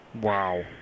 Wow